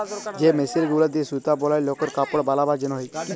যে মেশিল গুলা দিয়ে সুতা বলায় লকর কাপড় বালাবার জনহে